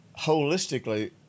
holistically